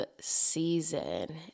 season